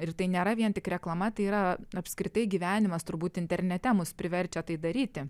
ir tai nėra vien tik reklama tai yra apskritai gyvenimas turbūt internete mus priverčia tai daryti